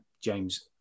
james